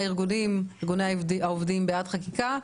ארגוני העובדים בעד חקיקה,